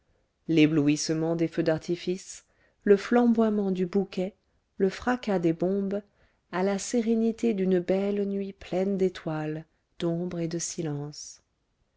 l'éblouissement des feux d'artifice le flamboiement du bouquet le fracas des bombes à la sérénité d'une belle nuit pleine d'étoiles d'ombre et de silence